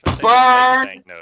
Burn